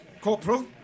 Corporal